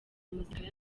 muzika